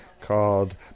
called